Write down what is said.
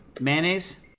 Mayonnaise